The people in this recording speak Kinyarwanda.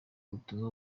ubutumwa